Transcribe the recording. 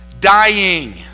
dying